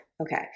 Okay